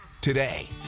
today